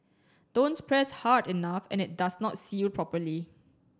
don't press hard enough and it does not seal properly